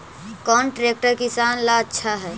कौन ट्रैक्टर किसान ला आछा है?